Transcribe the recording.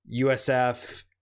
USF